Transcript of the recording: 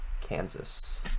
Kansas